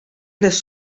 les